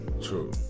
True